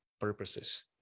purposes